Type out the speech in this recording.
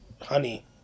honey